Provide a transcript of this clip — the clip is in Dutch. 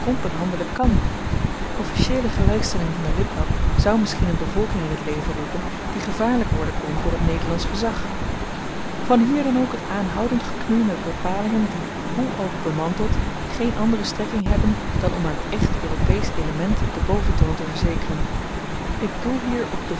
handelen kan officieele gelykstelling van den liplap zou misschien n bevolking in het leven roepen die gevaarlyk worden kon voor t nederlandsch gezag vanhier dan ook t aanhoudend geknoei met bepalingen die hoe ook bemanteld geen andere strekking hebben dan om aan t echt europeesch element den boventoon te verzekeren ik doel hier op de